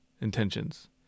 intentions